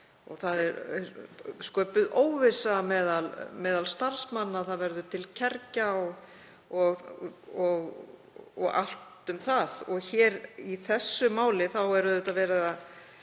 og það er sköpuð óvissa meðal starfsmanna, það verður til kergja og allt um það. Hér í þessu máli er verið að